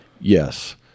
Yes